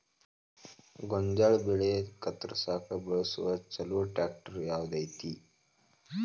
ಗೋಂಜಾಳ ಬೆಳೆ ಕತ್ರಸಾಕ್ ಬಳಸುವ ಛಲೋ ಟ್ರ್ಯಾಕ್ಟರ್ ಯಾವ್ದ್ ಐತಿ?